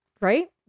Right